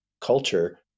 culture